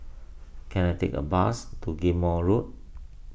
can I take a bus to Ghim Moh Road